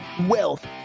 wealth